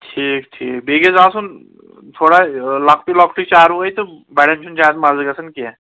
ٹھیٖک ٹھیٖک بیٚیہِ گژھِ آسُن تھوڑا لۄکٹُے لۄکٹُے چاروٲے تہٕ بَڈیَن چھُنہٕ زیٛادٕ مَزٕ گژھان کیٚنٛہہ